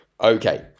Okay